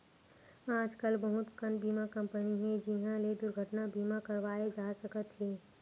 आजकल बहुत कन बीमा कंपनी हे जिंहा ले दुरघटना बीमा करवाए जा सकत हे